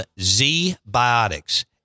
Z-Biotics